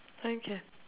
okay